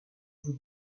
vous